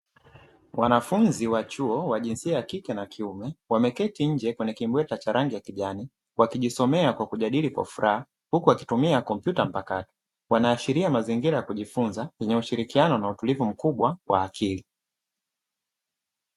Wanafunzi wa chuo, wa jinsia ya kike na ya kiume. Wameketi nje kwenye kimbweta cha rangi ya kijani, wakijisomea kwa kujadili kwa furaha, huku wakitumia kompyuta mpakato. Wanaashiria mazingira ya kujifunza yenye ushirikiano na utulivu mkubwa wa akili.